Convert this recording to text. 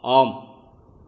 ஆம்